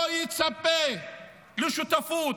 לא יצפה לשותפות,